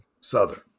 Southern